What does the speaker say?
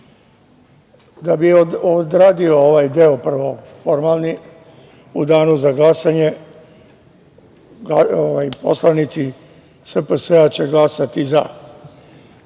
Da bih odradio ovaj deo, prvo formalni, u danu za glasanje poslanici SPS će glasati -